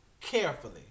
carefully